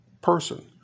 person